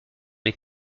les